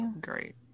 great